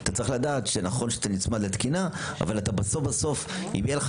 אתה צריך לדעת שנכון שאתה נצמד לתקינה אבל בסוף אם תהיה לך